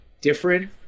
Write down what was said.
different